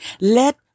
Let